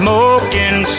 Smoking